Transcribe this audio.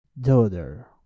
daughter